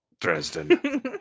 Dresden